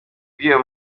bw’iyo